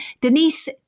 Denise